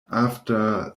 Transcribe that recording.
after